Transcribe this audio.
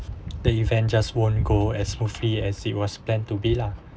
the event just won't go as smoothly as it was planned to be lah